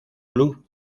club